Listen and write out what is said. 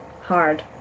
hard